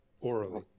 Orally